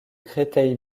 créteil